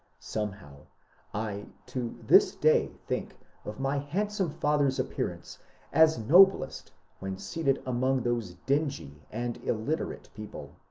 somehow i to this day think of my handsome father's appearance as noblest when seated among those dingy and illiterate people.